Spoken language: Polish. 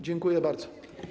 Dziękuję bardzo.